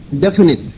definite